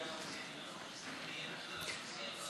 ההצעה להעביר את הנושא לוועדת